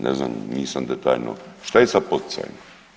Ne znam nisam detaljno, šta je sa poticajima?